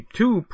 two